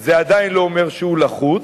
וזה עדיין לא אומר שהוא לחוץ.